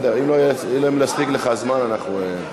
בסדר, אם לא יספיק לך הזמן, אנחנו,